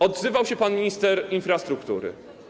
Odzywał się pan minister infrastruktury.